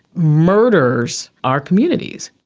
murders our communities?